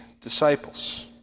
disciples